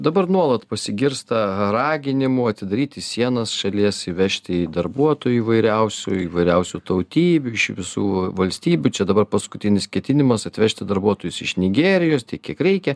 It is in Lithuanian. dabar nuolat pasigirsta raginimų atidaryti sienas šalies įvežti darbuotojų įvairiausių įvairiausių tautybių iš visų valstybių čia dabar paskutinis ketinimas atvežti darbuotojus iš nigerijos tiek kiek reikia